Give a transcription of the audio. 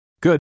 Good